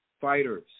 Fighters